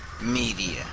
media